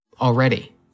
already